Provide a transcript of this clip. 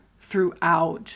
throughout